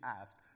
asked